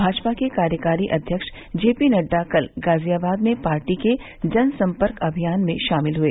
भाजपा के कार्यकारी अध्यक्ष जेपी नड्डा कल गाजियाबाद में पार्टी के जनसम्पर्क अभियान में शामिल हुए